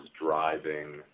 driving